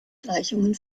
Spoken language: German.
gleichungen